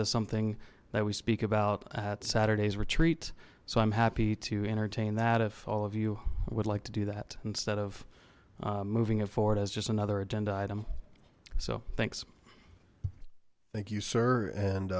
as something that we speak about at saturday's retreat so i'm happy to entertain that if all of you would like to do that instead of moving it forward as just another agenda item so thanks thank you sir